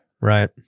Right